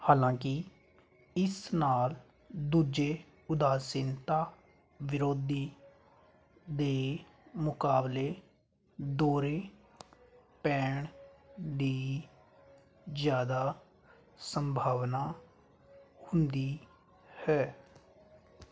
ਹਾਲਾਂਕਿ ਇਸ ਨਾਲ ਦੂਜੇ ਉਦਾਸੀਨਤਾ ਵਿਰੋਧੀ ਦੇ ਮੁਕਾਬਲੇ ਦੌਰੇ ਪੈਣ ਦੀ ਜ਼ਿਆਦਾ ਸੰਭਾਵਨਾ ਹੁੰਦੀ ਹੈ